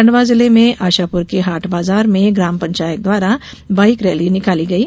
खंडवा जिले में आशापुर के हाट बाजार में ग्राम पंचायत द्वारा बाइक रैली निकाली गयी